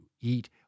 eat